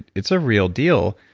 it's a real deal.